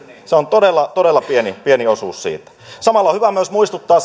se on todella todella pieni pieni osuus siitä samalla on hyvä myös muistuttaa